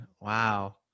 Wow